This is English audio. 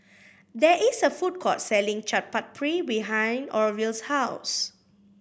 there is a food court selling Chaat Papri behind Orville's house